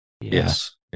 Yes